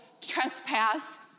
trespass